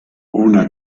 una